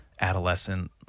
adolescent